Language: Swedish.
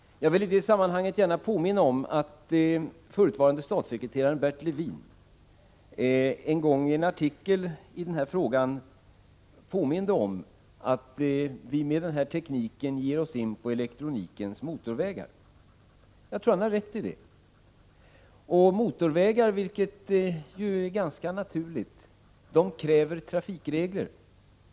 Jag vill i det sammanhanget gärna påminna om att förutvarande statssekreteraren Bert Levin en gång en artikel i den här frågan påminde om att vi med denna teknik ger oss in på ”elektronikens motorvägar”. Jag tror att han har rätt i det. Det är ganska naturligt att motorvägar kräver trafikregler.